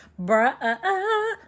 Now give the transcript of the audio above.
bruh